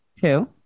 Two